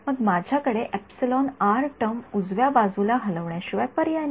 मग माझ्याकडे epsilon R term उजव्या बाजूला हलवण्या शिवाय पर्याय नाही